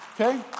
Okay